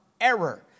error